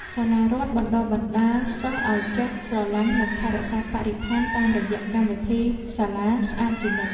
សាលារដ្ឋបណ្តុះបណ្តាលសិស្សឱ្យចេះស្រឡាញ់និងថែរក្សាបរិស្ថានតាមរយៈកម្មវិធីសាលាស្អាតជានិច្ច។